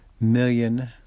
million